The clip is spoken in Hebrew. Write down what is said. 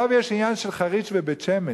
עכשיו יש עניין של חריש ובית-שמש.